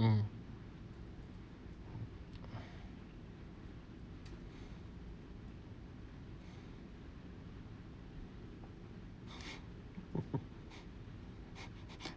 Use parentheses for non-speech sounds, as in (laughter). (laughs) (breath) mm (breath) (laughs)